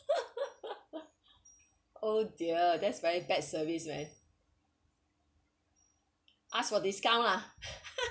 oh dear that's very bad service man ask for discount lah